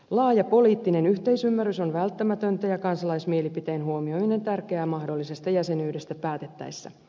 laaja poliittinen yhteisymmärrys on välttämätöntä ja kansalaismielipiteen huomioiminen tärkeää mahdollisesta jäsenyydestä päätettäessä